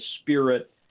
Spirit